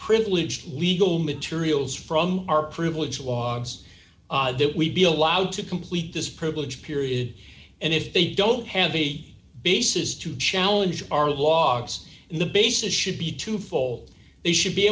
privileged legal materials from our privilege logs that we be allowed to complete this privilege period and if they don't have any basis to challenge our logs and the basis should be twofold they should be